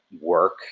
work